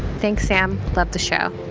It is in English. thanks, sam. love the show